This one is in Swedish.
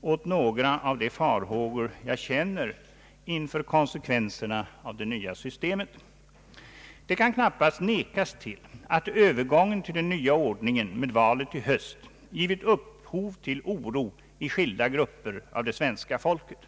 åt några av de farhågor jag känner inför konsekvenserna av det nya systemet. Det kan knappast förnekas att övergången till den nya ordningen med valet i höst givit upphov till oro i skilda grupper av det svenska folket.